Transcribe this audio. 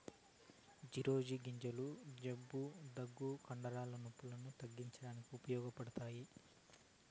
చిరోంజి గింజలు జలుబు, దగ్గు, కండరాల నొప్పులను తగ్గించడానికి ఉపయోగపడతాయి